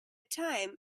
time